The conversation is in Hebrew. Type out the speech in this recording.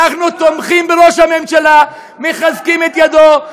אנחנו תומכים בראש הממשלה, מחזקים את ידו.